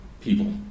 people